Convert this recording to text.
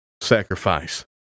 sacrifice